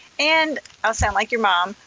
and, i'll sound like your mom,